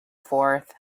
forth